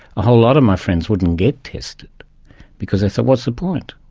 a whole lot of my friends wouldn't get tested because they thought what's the point?